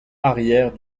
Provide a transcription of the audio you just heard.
arrière